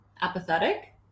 apathetic